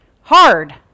hard